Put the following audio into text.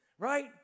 right